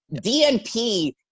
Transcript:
DNP